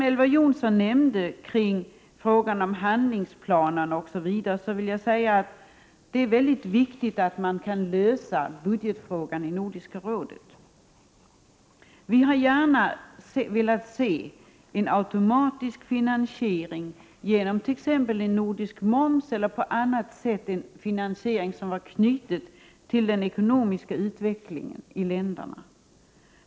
Elver Jonsson nämnde frågan om handlingsplanen. Jag vill säga att det är mycket viktigt att man kan lösa budgetfrågan i Nordiska rådet. Vi hade gärna velat se en automatisk finansiering genom en nordisk moms eller genom en finansiering av annat slag som var knuten till den ekonomiska utvecklingen i länderna.